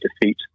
defeat